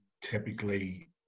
typically